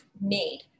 made